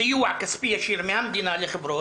סיוע כספי ישיר מהמדינה לחברות